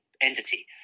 entity